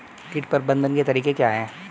कीट प्रबंधन के तरीके क्या हैं?